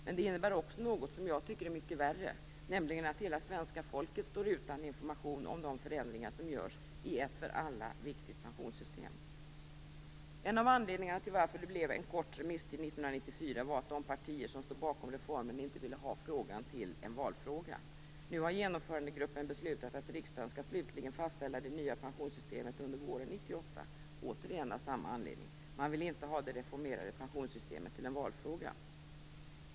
Men det innebär också något som jag tycker är mycket värre, nämligen att hela svenska folket står utan information om de förändringar som görs i ett för alla viktigt pensionssystem. En av anledningarna till att det blev en kort remisstid 1994 var att de partier som står bakom reformen inte ville ha frågan till en valfråga. Nu har genomförandegruppen beslutat att riksdagen slutligen skall fastställa det nya pensionssystemet under våren 1998 - återigen av samma anledning: Man vill inte ha det reformerade pensionssystemet till en valfråga.